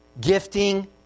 gifting